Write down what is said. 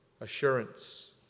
assurance